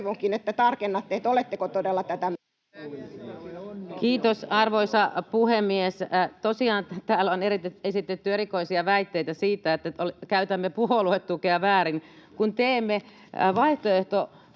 Kiitos, arvoisa puhemies! Tosiaan täällä on esitetty erikoisia väitteitä siitä, että käytämme puoluetukea väärin, kun teemme vaihtoehtobudjetin